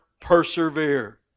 Persevere